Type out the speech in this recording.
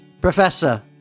Professor